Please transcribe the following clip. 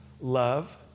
Love